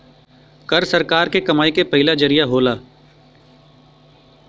कर सरकार के कमाई के पहिला जरिया होला